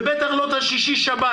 ובטח לא את השישי-שבת,